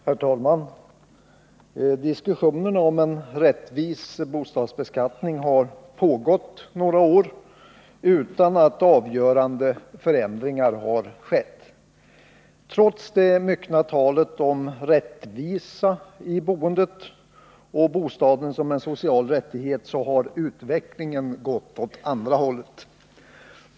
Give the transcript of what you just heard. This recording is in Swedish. Herr talman! Diskussionerna om en rättvis bostadsbeskattning har pågått några år utan att avgörande förändringar har skett. Trots det myckna talet om rättvisa i boendet och om bostaden som en social rättighet har utvecklingen gått åt andra hållet.